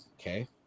okay